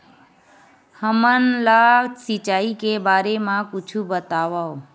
हमन ला सिंचाई के बारे मा कुछु बतावव?